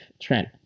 Trent